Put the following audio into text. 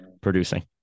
producing